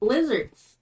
Lizards